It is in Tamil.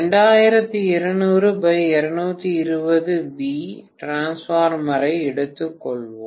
2200220V டிரான்ஸ்பார்மர் ஐ எடுத்துக்கொள்ளவும்